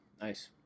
Nice